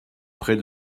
près